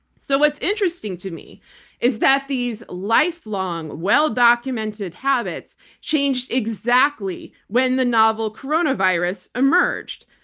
so what's interesting to me is that these lifelong, well-documented habits changed exactly when the novel coronavirus emerged.